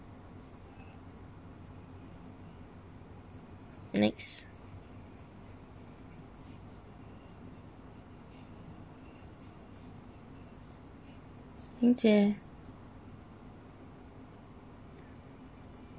nicks ling jie